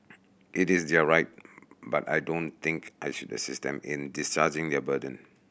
it is their right but I don't think I should assist them in discharging their burden